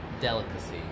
Delicacy